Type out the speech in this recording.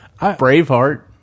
Braveheart